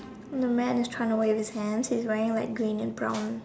the man is trying run away with hands he's wearing light green and brown